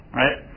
right